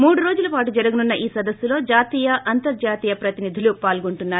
మూడు రోజులపాటు జరగనున్న ఈ సదస్సులో జాతీయ అంతర్జాతీయ ప్రతినిధులు పాల్గొంటున్నారు